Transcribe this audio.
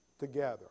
together